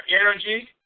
energy